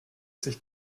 sich